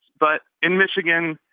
but in michigan,